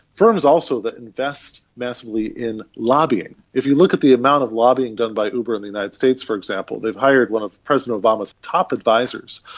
firms also that invest massively in lobbying. if you look at the amount of lobbying done by uber in the united states, for example, they've hired one of president obama's top advisers.